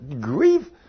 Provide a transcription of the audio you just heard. grief